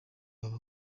izo